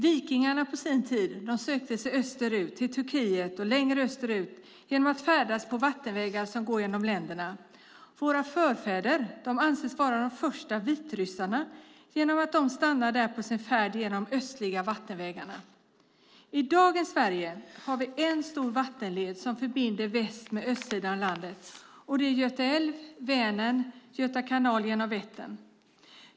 Vikingarna på sin tid sökte sig österut, till Turkiet och längre österut, genom att färdas på vattenvägar som går genom länderna. Våra förfäder anses vara de första vitryssarna genom att de stannade där på sin färd genom de olika östliga vattenvägarna. I dagens Sverige har vi en stor vattenled som förbinder väst med östsidan av landet, och det är Göta älv, Vänern, Göta kanal genom Vättern.